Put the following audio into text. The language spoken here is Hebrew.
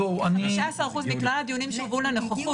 15% מכלל הדיונים שהובאו לנוכחות,